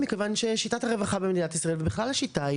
מכיוון שיש שיטת רווחה במדינת ישראל ובכלל השיטה היא